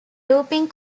looping